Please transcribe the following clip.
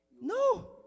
No